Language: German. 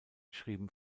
schrieben